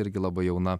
irgi labai jauna